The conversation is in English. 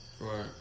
Right